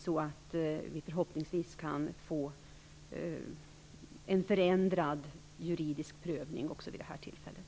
Då kan vi förhoppningsvis få en förändrad juridisk prövning även vid det här tillfället.